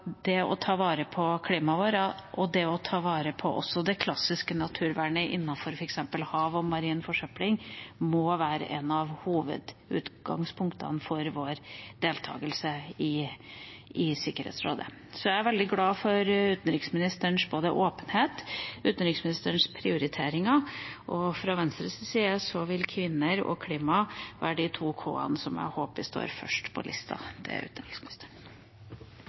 det å ta vare på klimaet vårt – og det å ivareta det klassiske naturvernet innenfor f.eks. hav og marin forsøpling – må være et av hovedutgangspunktene for vår deltakelse i Sikkerhetsrådet. Så jeg er veldig glad for utenriksministerens åpenhet og utenriksministerens prioriteringer, og fra Venstres side vil kvinner og klima være de to k-ene som vi håper står først på lista til utenriksministeren.